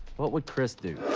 what would chris do?